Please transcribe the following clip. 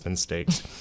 steaks